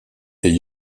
est